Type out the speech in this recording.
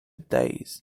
days